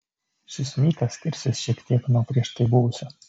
šis mytas skirsis šiek tiek nuo prieš tai buvusio